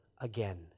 again